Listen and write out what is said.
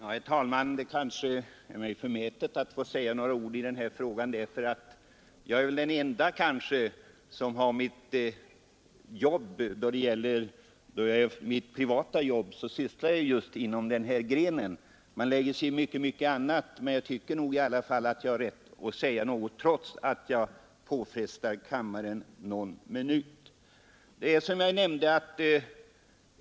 Herr talman! Det är kanske inte förmätet av mig att säga några ord i denna fråga, eftersom jag nog är den ende av oss som i sitt privata jobb sysslar just med dessa frågor. Man lägger sig ibland i så mycket annat att jag tycker mig ha rätt att nu säga något, trots att jag därmed kanske tar kammarens tid i anspråk några minuter.